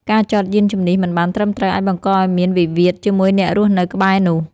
ការចតយានជំនិះមិនបានត្រឹមត្រូវ អាចបង្កឱ្យមានវិវាទជាមួយអ្នករស់នៅក្បែរនោះ។